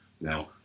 Now